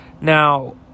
Now